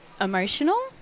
emotional